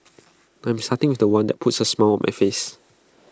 I'm starting with The One that puts A smile my face